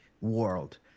world